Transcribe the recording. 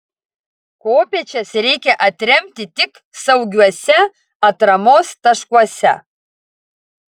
kopėčias reikia atremti tik saugiuose atramos taškuose